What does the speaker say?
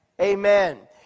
Amen